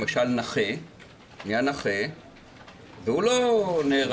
למשל הפך לנכה והוא לא מת,